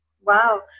wow